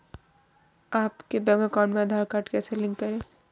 अपने bank account में Aadhaar card कैसे लिंक करें?